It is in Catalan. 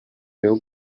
veu